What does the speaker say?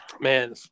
Man